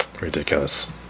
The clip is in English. Ridiculous